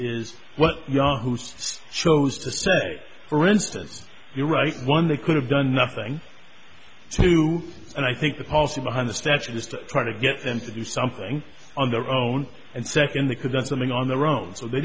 is what yahoo's chose to stay for instance you're right one they could have done nothing to you and i think the policy behind the statute was to try to get them to do something on their own and second they could get something on their own so they